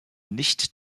nicht